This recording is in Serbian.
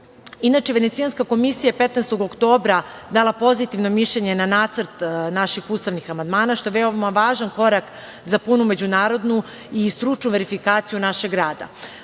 ukine. Inače, Venecijanska komisija 15. oktobra dala pozitivno mišljenje na nacrt naših ustavnih amandman, što je veoma važan korak za punu međunarodnu i stručnu verifikaciju našeg rada.